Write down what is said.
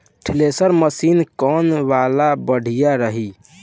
Thresher machine कौन वाला बढ़िया रही?